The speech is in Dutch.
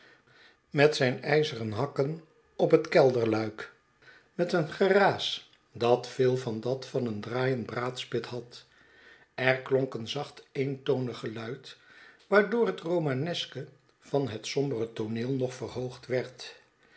met zijn ijzeren hakken op het kelderluik met een geraas dat veel van dat van een draaiend braadspit had er klonk een zacht eentonig geluid waardoor het romaneske van het sombere tooneel nog verhoogd werd